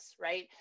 right